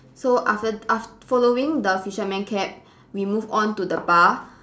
so after af~ following the fisherman cap we move on to the bar